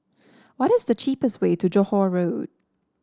what is the cheapest way to Johore Road